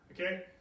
Okay